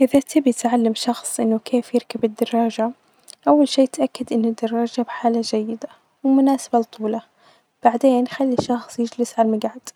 إذا تبغي تعلم شخص أنه كيف يركب الدراجة أول شئ تأكد أن الدراجة بحالة جيدة ومناسبة لطولة، بعدين خلي الشخص يجلس علي المجعد،